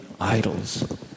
idols